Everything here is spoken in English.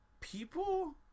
People